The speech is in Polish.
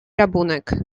rabunek